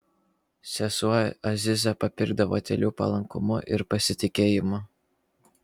sesuo aziza papirkdavo tyliu palankumu ir pasitikėjimu